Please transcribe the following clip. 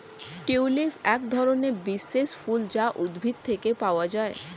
tulip একধরনের বিশেষ ফুল যা উদ্ভিদ থেকে পাওয়া যায়